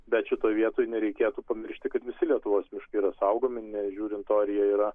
bet šitoj vietoj nereikėtų pamiršti kad visi lietuvos miškai yra saugomi nežiūrint to ar jie yra